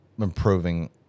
improving